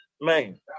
man